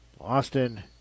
Austin